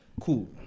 Cool